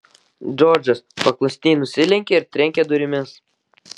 džordžas paklusniai nusilenkė ir trenkė durimis